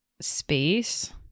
space